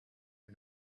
and